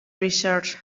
research